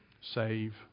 save